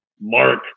mark